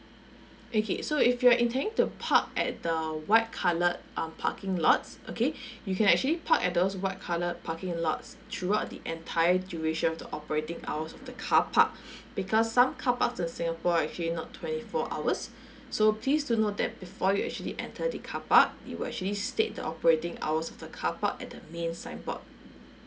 okay so if you're intending to park at the white coloured um parking lots okay you can actually park at those white colour parking lots throughout the entire duration of the operating hours of the car park because some car parks in singapore are actually not twenty four hours so please do note that before you actually enter the car park it will actually state the operating hours of the car park at the main signboard